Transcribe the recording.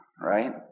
right